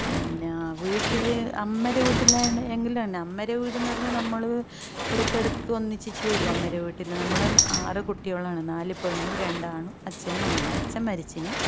പിന്നെ വീട്ടിൽ അമ്മേരെ വീട്ടിൽ ആണെങ്കിലും അമ്മേരെ വീട് എന്നു പറഞ്ഞാൽ നമ്മൾ ഇടയ്ക്ക് ഇടയ്ക്ക് ഒന്നിച്ച് ചേരും അമ്മേരെ വീട്ടിൽ നമ്മൾ ആറ് കുട്ടികളാണ് നാല് പെണ്ണും രണ്ടാണും അച്ഛനും അമ്മയും അച്ഛൻ മരിച്ചിന്